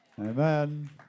Amen